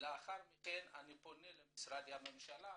ולאחר מכן אפנה למשרדי הממשלה